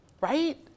right